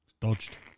Dodged